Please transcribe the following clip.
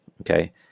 okay